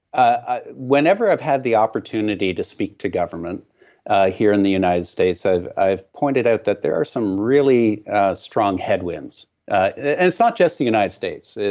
ah whenever i've had the opportunity to speak to government ah here in the united states. i've i've pointed out that there are some really strong headwinds, and it's not just the united states,